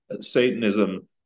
Satanism